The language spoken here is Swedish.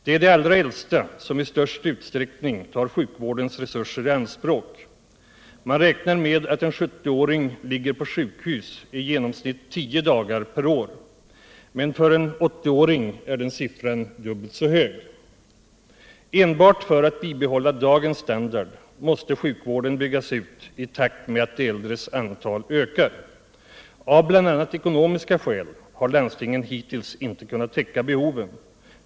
Det är de allra äldsta som i största utsträckning tar sjukvårdens resurser i anspråk. Man räknar med att cn 70 åring ligger på sjukhus i genomsnitt tio dagar per år, men för en 80-åring är den siffran dubbelt så hög. Enbart för att bibehålla dagens standard måste sjukvården byggas ut i takt med att de äldres antal ökar. Av bl.a. ekonomiska skäl har landstingen hittills inte kunnat täcka behoven.